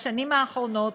בשנים האחרונות